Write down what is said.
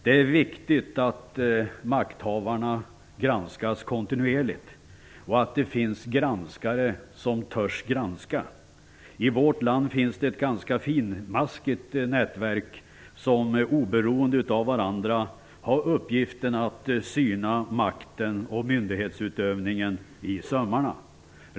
Det är viktigt att makthavarna granskas kontinuerligt och att det finns granskare som törs granska. I vårt land finns det ett ganska finmaskigt nätverk av granskare som oberoende av varandra har uppgiften att syna makten och myndighetsutövningen i sömmarna.